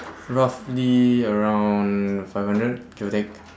roughly around five hundred give or take